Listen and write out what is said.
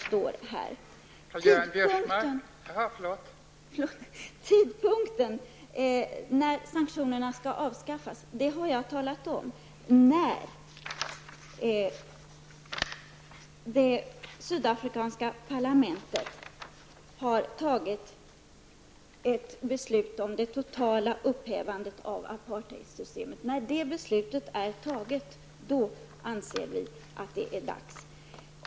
Jag har redan talat om vid vilken tidpunkt sanktionerna skall avskaffas. När det sydafrikanska parlamentet har fattat ett beslut om ett totalt upphävande av apartheidsystemet, anser vi att det är dags.